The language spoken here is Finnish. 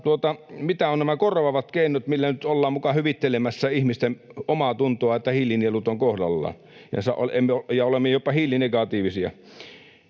mitä ovat nämä korvaavat keinot, millä nyt ollaan muka hyvittelemässä ihmisten omaatuntoa, että hiilinielut ovat kohdallaan ja olemme jopa hiilinegatiivisia...